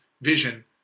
vision